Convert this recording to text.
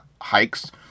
hikes